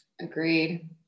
agreed